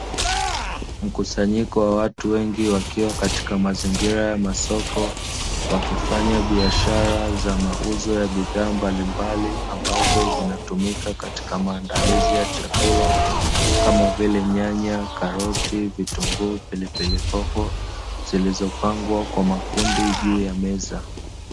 Mkusanyiko wa watu wengi wakiwa katika mazingira ya masoko, wakifanya biashara za mauzo ya bidhaa mbalimbali, ambazo zinatumika katika maandalizi ya chakula kama vile nyanya, karoti, vitunguu, pilipili hoho, zilizopangwa kwa makundi juu ya meza.